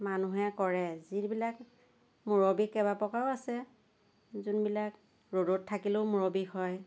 মানুহে কৰে যিবিলাক মূৰৰ বিষ কেইবা প্ৰকাৰৰ আছে যোনবিলাক ৰ'দত থাকিলেও মূৰৰ বিষ হয়